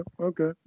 okay